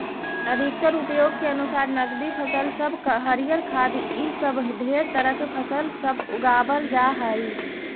अधिकतर उपयोग के अनुसार नकदी फसल सब हरियर खाद्य इ सब ढेर तरह के फसल सब उगाबल जा हई